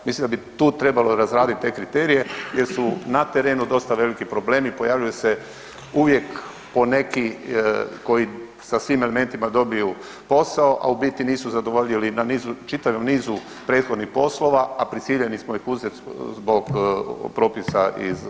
Mislim da bi tu trebalo razraditi te kriterije jer su na terenu dosta veliki problemi, pojavljuju se uvijek po neki koji sa svim elementima dobiju posao, a u biti nisu zadovoljili na čitavom nizu prethodnih poslova, a prisiljeni smo ih uzeti zbog propisa iz zakona.